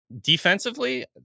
defensively